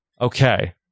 Okay